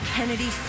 Kennedy